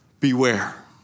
Beware